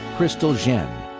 crystal zhen.